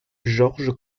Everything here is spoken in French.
george